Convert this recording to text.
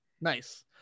nice